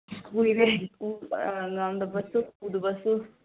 ꯀꯨꯏꯔꯦ ꯉꯝꯗꯕꯁꯨ ꯎꯗꯕꯁꯨ